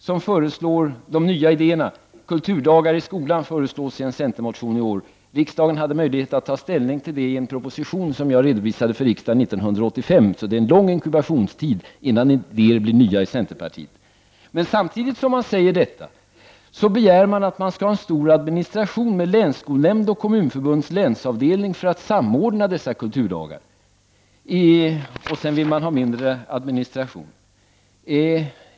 I en motion om de nya idéerna föreslår centerpartiet i år kulturdagar i skolan. Riksdagen hade möjlighet att ta ställning till det förslaget med anledning av en proposition som jag överlämnade till riksdagen 1985, så det är en lång inkubationstid innan idéer blir nya i centerpartiet. Samtidigt som centern föreslår kulturdagar i skolan begär man en stor administration med länsskolnämnden och Kommunförbundets länsavdelning för att samordna dessa kulturdagar. Och sedan vill man ha mindre administration!